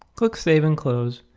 click save and close.